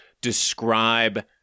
describe